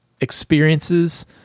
experiences